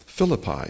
Philippi